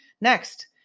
Next